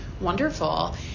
Wonderful